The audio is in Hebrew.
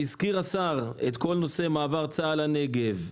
הזכיר השר את כל נושא מעבר צה"ל לנגב.